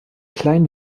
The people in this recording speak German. klein